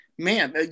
man